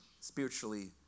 spiritually